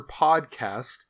podcast